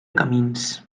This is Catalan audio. camins